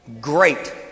Great